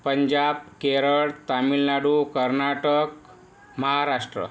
Punjab Kerala Tamil Nadu Karnataka Maharashtra